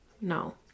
No